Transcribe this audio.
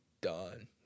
done